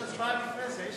יש הצבעה לפני זה.